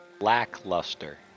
Lackluster